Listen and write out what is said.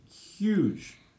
huge